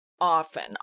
Often